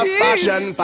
fashion